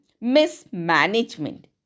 mismanagement